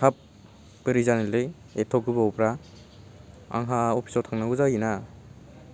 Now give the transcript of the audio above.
हाब बोरै जानोलै एथ' गोबावब्रा आंहा अफिसाव थांनांगौ जायोना